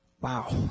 Wow